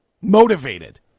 motivated